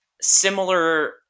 similar